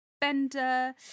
Bender